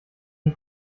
die